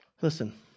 Listen